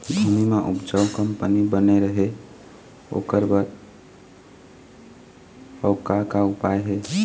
भूमि म उपजाऊ कंपनी बने रहे ओकर बर अउ का का उपाय हे?